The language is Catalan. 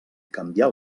canviar